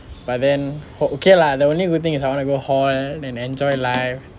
but then okay lah the only good thing is I wanna go hall and enjoy life